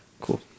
Cool